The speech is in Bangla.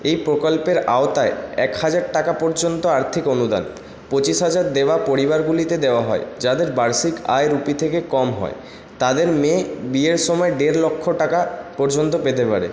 এই প্রকল্পের আওতায় একহাজার টাকা পর্যন্ত আর্থিক অনুদান পঁচিশহাজার দেওয়া পরিবারগুলিতে দেওয়া হয় যাদের বার্ষিক আয় রুপির থেকে কম হয় তাদের মেয়ে বিয়ের সময় দেড় লক্ষ টাকা পর্যন্ত পেতে পারে